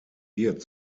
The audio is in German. wird